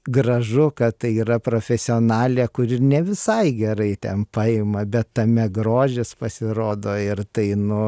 gražu kad tai yra profesionalė kuri ne visai gerai ten paima bet tame grožis pasirodo ir tai nu